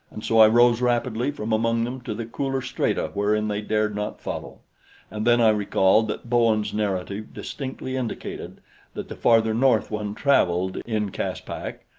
and so i rose rapidly from among them to the cooler strata wherein they dared not follow and then i recalled that bowen's narrative distinctly indicated that the farther north one traveled in caspak,